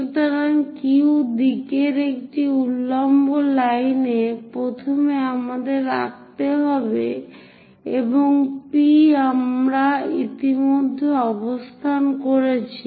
সুতরাং Q দিকের একটি উল্লম্ব লাইন প্রথমে আমাদের আঁকতে হবে এবং P আমরা ইতিমধ্যেই অবস্থান করেছি